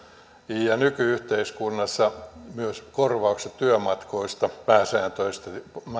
ja nyky yhteiskunnassa myös korvaukset työmatkoista pääsääntöisesti